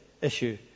issue